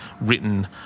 written